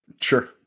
Sure